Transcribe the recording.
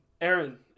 Aaron